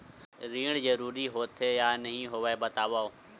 ऋण जरूरी होथे या नहीं होवाए बतावव?